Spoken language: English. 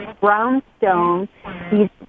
brownstone